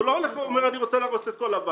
הוא לא אומר: אני רוצה להרוס את כל הבית.